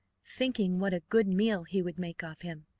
thinking what a good meal he would make off him,